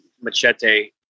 Machete